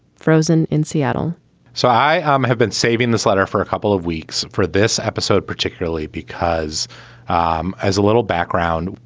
frozen in seattle so i um have been saving this letter for a couple of weeks for this episode, particularly because um as a little background,